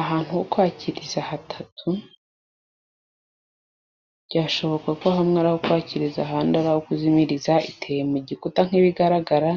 ahantu ho kwakiriza hatatu, byashoboka ko hamwe ari aho kwakiriza ahandi ari aho ukuzimiriza, iteye mu gikuta nk'ibigaragara.